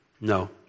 No